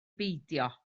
beidio